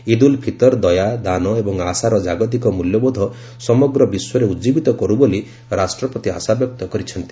ଇଦ୍ ଉଲ୍ ଫିତର୍ ଦୟା ଦାନ ଏବଂ ଆଶାର ଜାଗତିକ ମୂଲ୍ୟବୋଧ ସମଗ୍ର ବିଶ୍ୱରେ ଉଜ୍ଜୀବୀତ କରୁ ବୋଲି ରାଷ୍ଟ୍ରପତି ଆଶାବ୍ୟକ୍ତ କରିଛନ୍ତି